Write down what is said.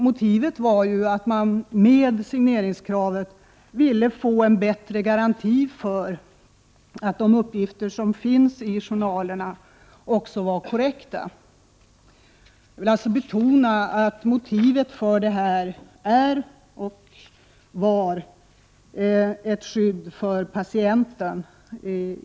Motivet var ju att man med signeringskravet ville få en bättre garanti för att de uppgifter som finns i journalerna också är korrekta. Jag vill alltså betona att motivet i första hand är och var ett skydd för patienten.